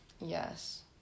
Yes